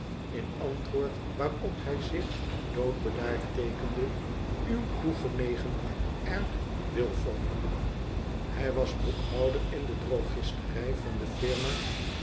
in antwoord waarop hij zich doodbedaard teekende uw toegenegen r wilfer hij was boekhouder in de drogisterij van de firma